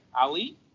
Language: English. Ali